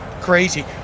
crazy